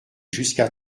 jusqu’à